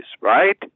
right